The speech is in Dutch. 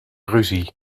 ruzie